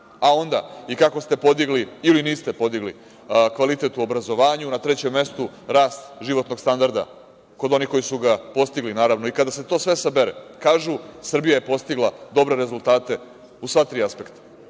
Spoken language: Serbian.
a onda i kako ste podigli, ili niste podigli, kvalitet u obrazovanju, na trećem mestu rast životnog standarda, kod onih koji su ga postigli, naravno. I kada se to sve sabere, kažu - Srbija je postigla dobre rezultate u sva tri